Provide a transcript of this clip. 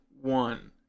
one